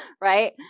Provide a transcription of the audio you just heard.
Right